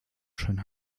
schön